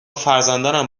فرزندانم